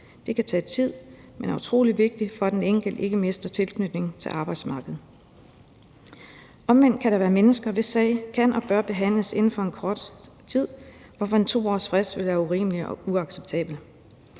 Det kan tage tid, men er utrolig vigtigt for, at den enkelte ikke mister tilknytningen til arbejdsmarkedet. Omvendt kan der være mennesker, hvis sag kan og bør behandles inden for en kort tid, hvorfor en 2-årig frist vil være urimelig og uacceptabel.